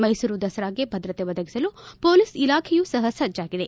ಮೈಸೂರು ದಸರಾಗೆ ಭದ್ರತೆ ಒದಗಿಸಲು ಪೊಲೀಸ್ ಇಲಾಖೆಯೂ ಸಹ ಸಜ್ಜಾಗಿದೆ